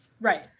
right